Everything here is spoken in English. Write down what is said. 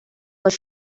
was